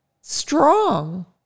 strong